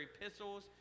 epistles